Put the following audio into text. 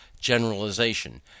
generalization